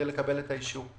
לקבל את האישור.